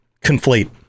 conflate